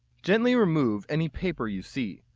gently remove any paper you see.